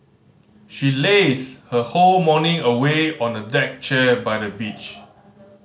she lazed her whole morning away on a deck chair by the beach